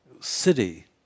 city